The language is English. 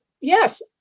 yes